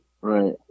Right